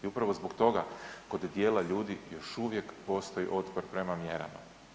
I upravo zbog toga kod dijela ljudi još uvijek postoji otpor prema mjerama.